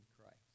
Christ